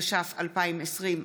התש"ף 2020,